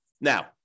Now